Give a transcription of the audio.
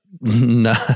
No